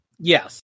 Yes